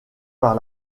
par